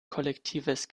kollektives